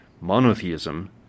Monotheism